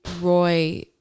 Roy